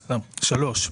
(3)